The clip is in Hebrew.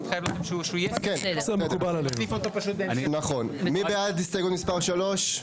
3. מי בעד הסתייגות מספר 3?